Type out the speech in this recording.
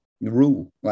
rule